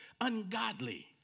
ungodly